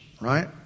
right